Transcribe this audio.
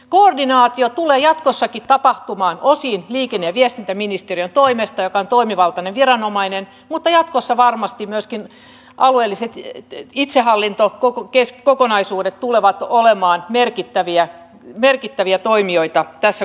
koordinaatio tulee jatkossakin tapahtumaan osin liikenne ja viestintäministeriön toimesta joka on toimivaltainen viranomainen mutta jatkossa varmasti myöskin alueelliset itsehallintokokonaisuudet tulevat olemaan merkittäviä toimijoita tässä kokonaisuudessa